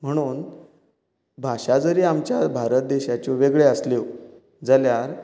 म्हणून भाशा जरी आमच्या भारत देशाच्यो वेगळ्यो आसल्यो जाल्यार